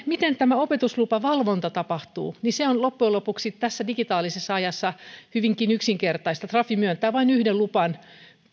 miten tämä opetuslupavalvonta sitten tapahtuu se on loppujen lopuksi tässä digitaalisessa ajassa hyvinkin yksinkertaista trafi myöntää vain yhden luvan